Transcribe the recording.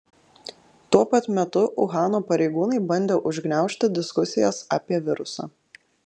tuo pat metu uhano pareigūnai bandė užgniaužti diskusijas apie virusą